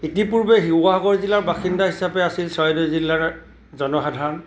ইতিপূৰ্বে শিৱসাগৰ জিলাৰ বাসিন্দা হিচাপে আছিল চৰাইদেউ জিলাৰ জনসাধাৰণ